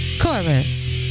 Chorus